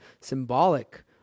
symbolic